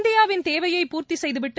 இந்தியாவின் தேவையை பூர்த்திசெய்துவிட்டு